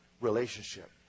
relationship